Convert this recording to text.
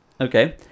Okay